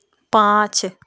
पाँच